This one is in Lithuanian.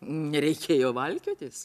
nereikėjo valkiotis